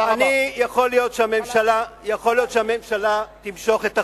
יכול להיות שהממשלה תמשוך את החוק,